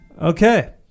Okay